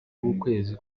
w’ukwezi